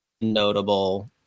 notable